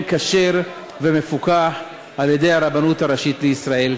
כשר ומפוקח על-ידי הרבנות הראשית לישראל.